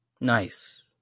Nice